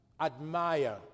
admire